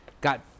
got